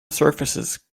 surfaces